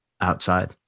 outside